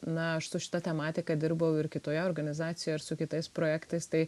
na aš su šita tematika dirbau ir kitoje organizacijo ir su kitais projektais tai